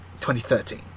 2013